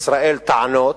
ישראל טענות,